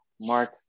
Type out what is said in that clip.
Mark